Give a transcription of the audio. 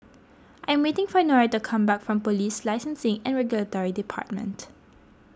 I am waiting for Nora to come back from Police Licensing and Regulatory Department